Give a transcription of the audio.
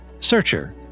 Searcher